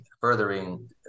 furthering